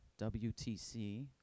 WTC